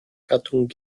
gattung